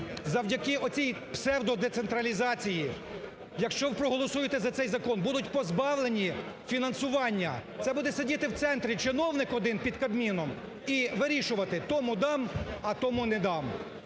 завдяки оцій псевдодецентралізації, якщо ви проголосуєте за цей закон, будуть позбавлені фінансування. Це буде сидіти в центрі чиновник один під Кабміном, і вирішувати: тому дам, а тому не дам.